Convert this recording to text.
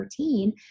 13